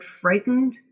frightened